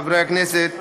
חברי הכנסת,